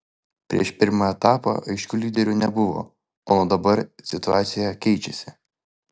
prieš pirmą etapą aiškių lyderių nebuvo o nuo dabar situacija keičiasi